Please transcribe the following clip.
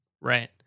Right